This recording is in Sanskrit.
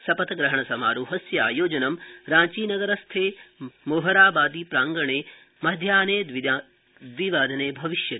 शपथ ग्रहण समारोहस्य आयोजनं रांचीनगरस्य मोहराबादी प्रांगणे मध्याहने दविवादने भविष्यति